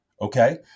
Okay